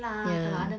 ya